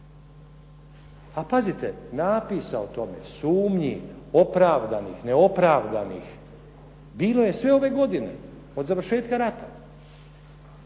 A pazite, napisa o tome, sumnji opravdanih, neopravdanih bilo je sve ove godine od završetka rata.